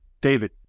David